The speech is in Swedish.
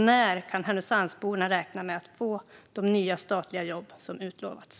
När kan Härnösandsborna räkna med att få de nya statliga jobb som utlovats?